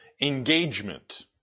engagement